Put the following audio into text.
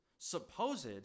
Supposed